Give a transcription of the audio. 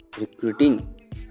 recruiting